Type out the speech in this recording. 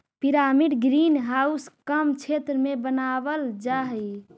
pyramid green house कम क्षेत्र में बनावाल जा हई